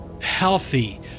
healthy